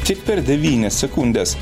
tik per devynias sekundes